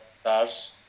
stars